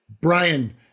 Brian